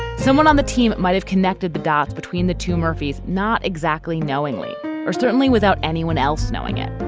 someone on the team might have connected the dots between the two. murphy's. not exactly knowingly or certainly without anyone else knowing it.